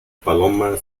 paloma